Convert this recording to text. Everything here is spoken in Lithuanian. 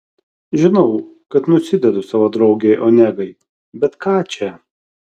žinau kad nusidedu savo draugei onegai bet ką čia